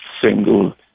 single